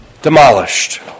demolished